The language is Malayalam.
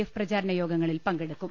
എഫ് പ്രചാരണ യോഗങ്ങളിൽ പങ്കെടുക്കും